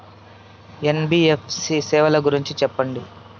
NBFC సేవల గురించి సెప్పండి?